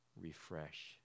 Refresh